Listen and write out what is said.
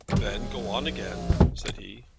then go on again, said he.